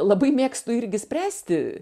labai mėgstu irgi spręsti